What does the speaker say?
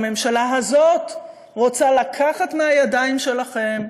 הממשלה הזאת רוצה לקחת מהידיים שלכם,